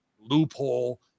loophole